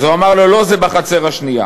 אז הוא אמר לו: לא, זה בחצר השנייה".